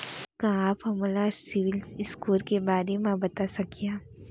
का आप हा मोला सिविल स्कोर के बारे मा बता सकिहा?